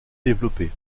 développé